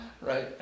right